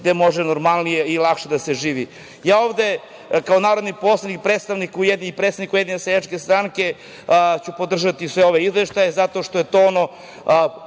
gde može normalnije i lakše da se živi. Ja ovde kao narodni poslanik, predstavnik i predsednik Ujedinjene seljačke stranke ću podržati sve ove izveštaje zato što je to ono,